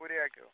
ഊരി ആക്കിയോ